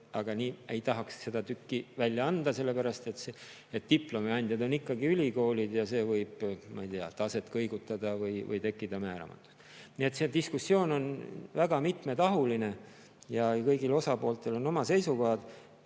et nii ei tahaks seda tükki välja anda, sellepärast et diplomi andjad on ikkagi ülikoolid ja see võib taset kõigutada või tekkida määramatus. Nii et see diskussioon on väga mitmetahuline ja kõigil osapooltel on oma seisukohad.